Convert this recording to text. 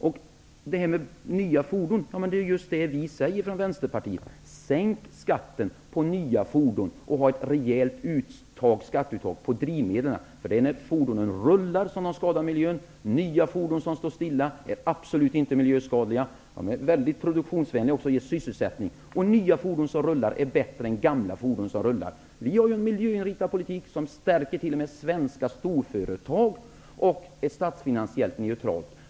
När det gäller nya fordon vill jag framhålla att det är just det vi i Vänstepartiet säger: Sänk skatten på nya fordon och ha ett rejält skatteuttag på drivmedlen. Det är när fordonen rullar som de skadar miljön. Nya fordon som står stilla är absolut inte miljöskadliga. De är också väldigt produktionsvänliga, eftersom de ger sysselsättning. Nya fordon som rullar är bättre än gamla fordon som rullar. Det är en miljöinriktad politik som stärker t.o.m. svenska storföretag och är statsfinansiellt neutral.